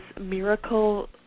miracle